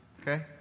okay